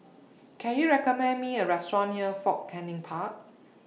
Can YOU recommend Me A Restaurant near Fort Canning Park